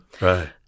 Right